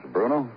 Bruno